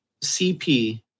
CP